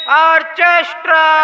orchestra